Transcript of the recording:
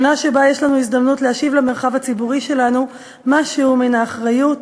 שנה שבה יש לנו הזדמנות להשיב למרחב הציבורי שלנו משהו מן האחריות,